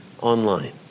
online